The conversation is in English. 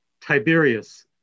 Tiberius